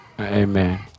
Amen